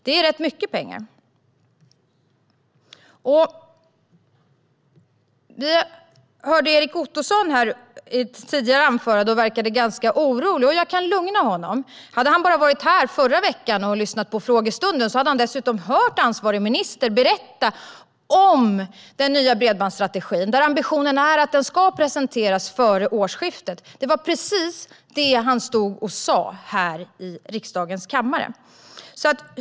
Det är rätt mycket pengar. Erik Ottoson verkade i sitt tidigare anförande orolig. Jag kan lugna honom. Om han hade varit här i förra veckan och lyssnat på frågestunden hade han dessutom hört ansvarig minister berätta om den nya bredbandsstrategin. Där framgick att ambitionen är att den ska presenteras före årsskiftet. Det var precis vad han sa här i riksdagens kammare.